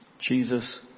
Jesus